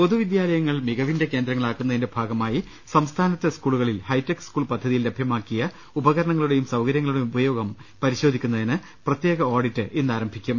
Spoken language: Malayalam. പൊതുവിദ്യാലയങ്ങൾ മികവിന്റെ കേന്ദ്രങ്ങളാക്കുന്നതിന്റെ ഭാഗമായി സംസ്ഥാനത്തെ സ്കൂളുകളിൽ ഹൈടെക് സ്കൂൾ പദ്ധതിയിൽ ലഭ്യമാക്കിയ ഉപക രണങ്ങളുടെയും സൌകര്യങ്ങളുടെയും ഉപയോഗം പരിശോധിക്കുന്നതിന് പ്രത്യേക ഓഡിറ്റ് ഇന്ന് ആരംഭിക്കും